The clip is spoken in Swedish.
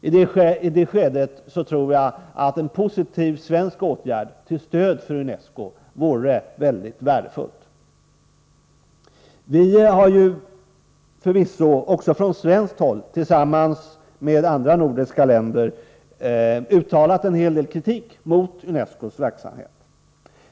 I det skedet tror jag att en positiv svensk åtgärd till stöd för UNESCO vore väldigt värdefull. Sverige har förvisso också, tillsammans med andra nordiska länder, uttalat en hel del kritik mot UNESCO:s verksamhet.